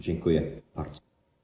Dziękuję bardzo.